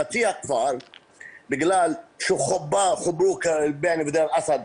חצי הכפר בגלל שחוברו בועיינה ודיר אל אסד,